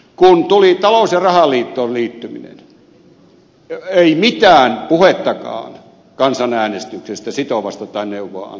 kun tuli talous ja rahaliittoon liittyminen ei mitään puhettakaan kansanäänestyksestä sitovasta tai neuvoa antavasta